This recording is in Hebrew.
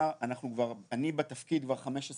אלא לחייב את הגופים לממש את האחריות